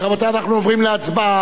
רבותי, אנחנו עוברים להצבעה